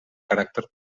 caràcter